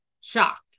shocked